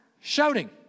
shouting